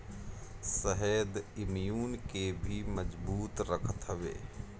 शहद इम्यून के भी मजबूत रखत हवे